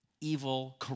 evil